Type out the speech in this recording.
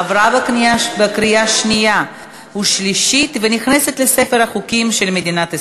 עברה בקריאה שנייה ושלישית ונכנסת לספר החוקים של מדינת ישראל.